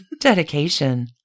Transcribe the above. dedication